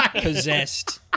Possessed